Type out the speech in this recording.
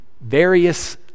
various